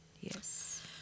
yes